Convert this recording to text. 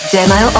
Demo